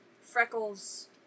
freckles